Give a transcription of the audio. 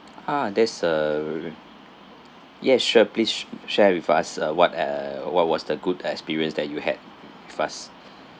ah there's err yes sure please share with us uh what uh what was the good experience that you had with us